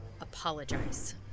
apologize